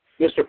Mr